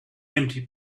empty